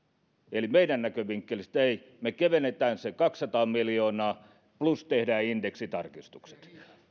eli meidän näkövinkkelistä me kevennämme sen kaksisataa miljoonaa plus tehdään indeksitarkistukset